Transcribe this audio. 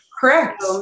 Correct